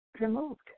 removed